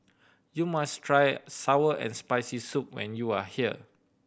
you must try sour and Spicy Soup when you are here